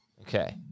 Okay